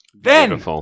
Then-